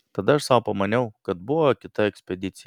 tada aš sau pamaniau kad buvo kita ekspedicija